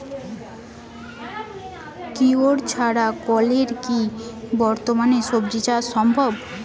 কুয়োর ছাড়া কলের কি বর্তমানে শ্বজিচাষ সম্ভব?